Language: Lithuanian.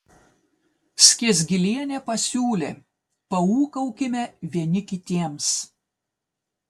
skiesgilienė pasiūlė paūkaukime vieni kitiems